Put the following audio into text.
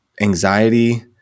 anxiety